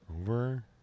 Over